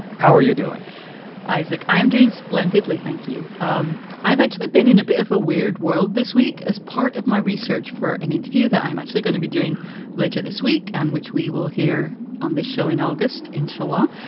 how are you doing, isaac? i'm doing splendidly, thank you. um i've actually been in a bit of a weird world this week as part of my research for an interview that i'm actually going to be doing later this week and which we will hear on this show in august in chilla.